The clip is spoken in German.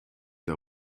der